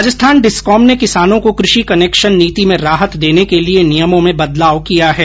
Rajasthan discom ने किसानों को कृषि कनेक्शन नीति में राहत देने के लिये नियमों में बदलाव किया है